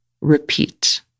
repeat